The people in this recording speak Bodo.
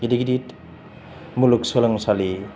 गिदिर गिदिर मुलुग सोलोंसालि